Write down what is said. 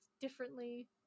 differently